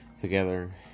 together